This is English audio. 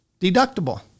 deductible